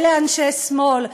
אלה אנשי שמאל.